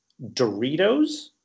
doritos